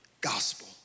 gospel